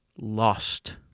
Lost